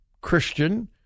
Christian